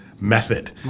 method